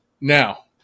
now